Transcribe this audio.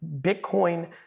Bitcoin